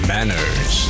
Manners